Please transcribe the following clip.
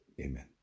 Amen